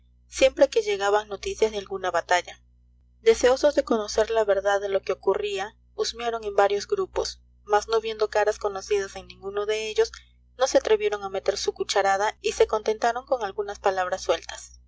siempre que llegaban noticias de alguna batalla deseosos de conocer la verdad de lo que ocurría husmearon en varios grupos mas no viendo caras conocidas en ninguno de ellos no se atrevieron a meter su cucharada y se contentaron con algunas palabras sueltas